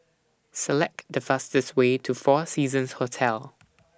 Select The fastest Way to four Seasons Hotel